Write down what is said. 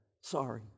Sorry